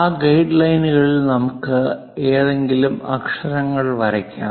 ആ ഗൈഡ് ലൈനുകളിൽ നമുക്ക് ഏതെങ്കിലും അക്ഷരങ്ങൾ വരയ്ക്കാം